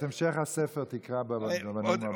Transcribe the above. את המשך הספר תקרא בנאומים הבאים.